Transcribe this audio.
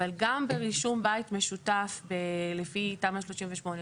אבל גם ברישום בית משותף לפי תמ"א 38,